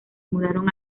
mudaron